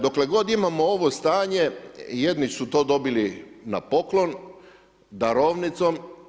Dokle god imamo ovo stanje jedni su to dobili na poklon darovnicom.